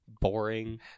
boring